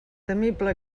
temible